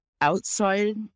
outside